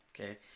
okay